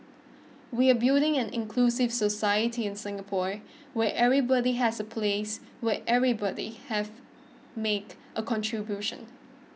we are building an inclusive society in Singapore where everybody has a place where everybody have make a contribution